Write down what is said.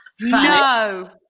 No